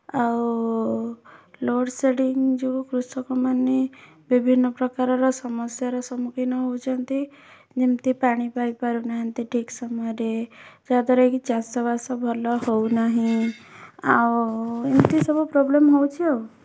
ଆଉ load shedding ଯେଉଁ କୃଷକମାନେ ବିଭିନ୍ନପ୍ରକାରର ସମସ୍ୟାର ସମ୍ମୁଖୀନ ହେଉଛନ୍ତି ଯେମିତି ପାଣି ପାଇ ପାରୁନାହାନ୍ତି ଠିକ୍ ସମୟରେ ଯାହା ଦ୍ୱାରାକି ଚାଷବାସ ଭଲ ହେଉନାହିଁ ଆଉ ଏମିତି ସବୁ ପ୍ରୋବ୍ଲେମ୍ ହେଉଛି ଆଉ